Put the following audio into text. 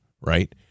right